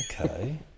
okay